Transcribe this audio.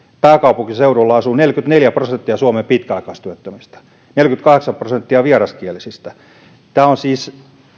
pääkaupunkiseudulla asuu neljäkymmentäneljä prosenttia suomen pitkäaikaistyöttömistä neljäkymmentäkahdeksan prosenttia vieraskielisistä tässä siis